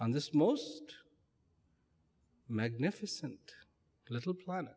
on this most magnificent little plan